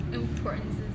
importance